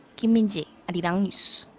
kim min-ji, and arirang news.